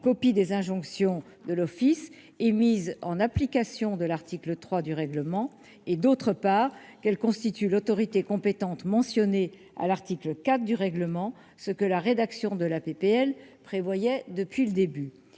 copie des injonctions de l'Office et mise en application de l'article 3 du règlement et, d'autre part qu'elle constitue l'autorité compétente mentionnés à l'article 4 du règlement, ce que la rédaction de la PPL prévoyait depuis le début,